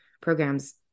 programs